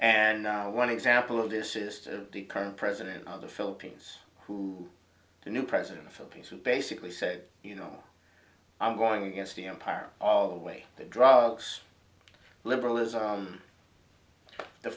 and one example of this is the current president of the philippines who the new president for peace who basically said you know i'm going against the empire of the way the drugs liberalism the